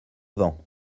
vents